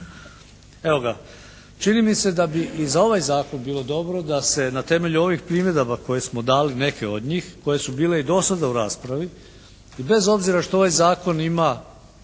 Čini mi se da bi i za ovaj zakon bilo dobro da se na temelju ovih primjedaba koje smo dali neke od njih koje su bile i do sada u raspravi i bez obzira što ovaj zakon ima